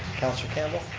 councilor campbell?